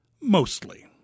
Mostly